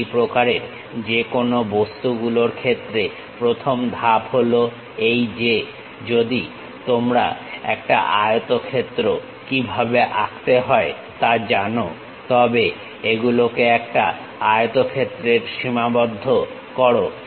এই প্রকারের যেকোনো বস্তুগুলোর ক্ষেত্রে প্রথম ধাপ হলো এই যে যদি তোমরা একটা আয়তক্ষেত্র কিভাবে আঁকতে হয় তা জানো তবে এগুলোকে একটা আয়তক্ষেত্রের সীমাবদ্ধ করো